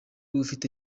ufite